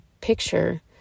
picture